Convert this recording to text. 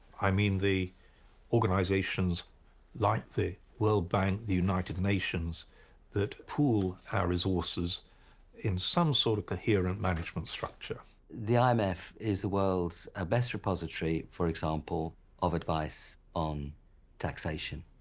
i mean the organizations like the world bank, the united nations that pool our resources in some sort of coherent management structure. the um imf is the world's ah best repository for example of advice on taxation.